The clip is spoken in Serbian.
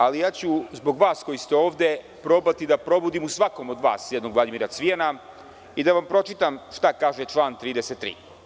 Ali, ja ću zbog vas koji ste ovde probati da probudim u svako od vas jednog Vladimira Cvijana i da vam pročitam šta kaže član 33.